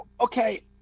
okay